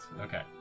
Okay